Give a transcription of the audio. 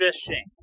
fishing